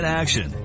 action